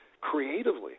creatively